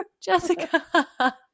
Jessica